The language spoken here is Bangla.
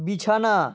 বিছানা